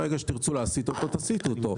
ברגע שתרצו להסיט אותו, תסיטו אותו.